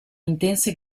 intense